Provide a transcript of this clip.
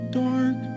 dark